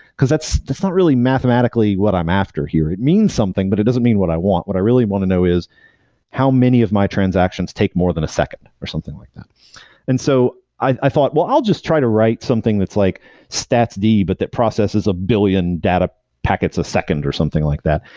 because that's that's not really mathematically what i'm after here. it means something, but it doesn't mean what i want. what i really want to know is how many of my transactions take more than a second, or something like that and so i thought, well, i'll just try to write something that's like statsd, but that process is a billion data packets a second or something like that.